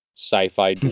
sci-fi